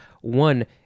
One